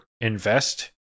invest